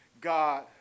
God